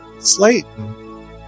Slayton